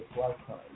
lifetime